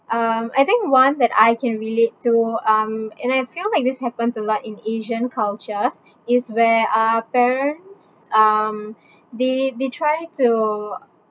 um I think one that I can relate to um and I feel like this happens a lot in asian cultures is where uh parents um they they try to